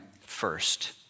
first